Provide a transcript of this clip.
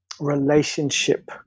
relationship